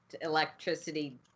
electricity